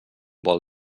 bol